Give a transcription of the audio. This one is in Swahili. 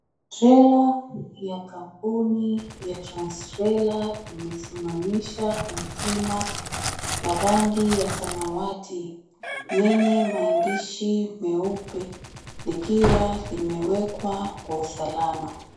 Trela ya kampuni ya Transtrailer imesimamisha container y la rangi ya samawati yenye maandishi meupe likiwa limewekwa kwa usalama.